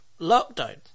lockdown